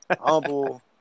humble